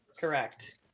Correct